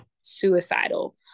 suicidal